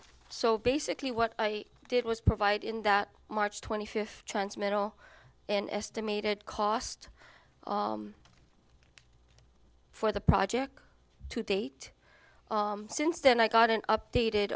so basically what i did was provide in that march twenty fifth transmittal and estimated cost for the project to date since then i got an updated